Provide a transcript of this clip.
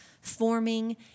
forming